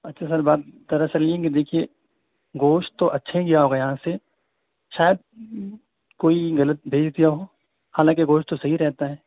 اچھا سر بات در اصل یہ ہے کہ دیکھیے گوشت تو اچھا ہی گیا ہوگا یہاں سے شاید کوئی غلط بھیج دیا ہو حالانکہ گوشت تو صحیح رہتا ہے